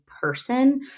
person